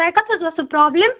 تۄہہِ کَتھ حظ ٲسو پرابلِم